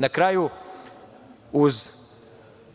Na kraju, uz